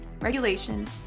regulation